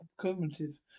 cumulative